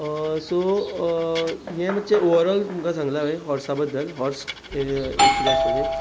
so हें मातशें overall तुमकां सांगलां हांयेन हाॅर्सा बद्दल हाॅर्स एक कितेंय आसपाक जायें